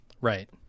Right